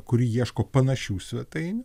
kuri ieško panašių svetainių